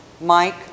Mike